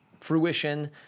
fruition